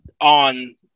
on